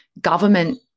government